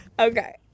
Okay